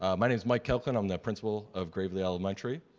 ah my name's mike kelchlin, i'm the principal of gravely elementary.